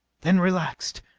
then relaxed.